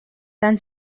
tan